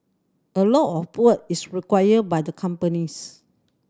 a lot of work is required by the companies